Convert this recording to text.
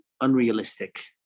unrealistic